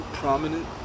prominent